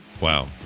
Wow